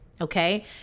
okay